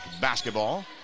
basketball